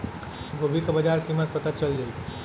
गोभी का बाजार कीमत पता चल जाई?